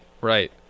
right